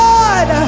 God